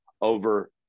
over